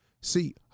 See